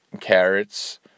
carrots